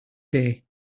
day